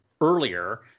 earlier